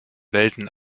welten